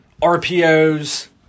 RPOs